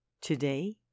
Today